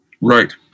Right